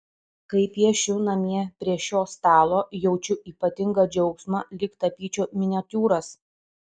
kai piešiu namie prie šio stalo jaučiu ypatingą džiaugsmą lyg tapyčiau miniatiūras